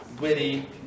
witty